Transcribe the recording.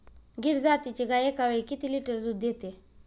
गीर जातीची गाय एकावेळी किती लिटर दूध देते?